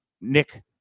Nick